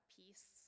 peace